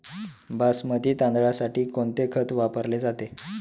बासमती तांदळासाठी कोणते खत वापरले जाते?